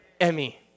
Emmy